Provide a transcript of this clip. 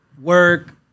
work